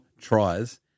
tries